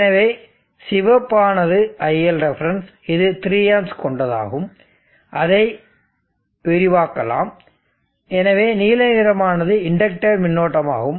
எனவே சிவப்பு ஆனது ILref இது 3 Amps கொண்டதாகும் அதை விரிவாக்கலாம் எனவே நீல நிறமானது இண்டக்டர் மின்னோட்டமாகும்